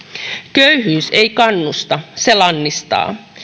köyhyys ei kannusta se lannistaa